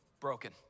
broken